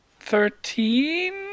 Thirteen